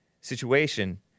situation